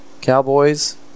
Cowboys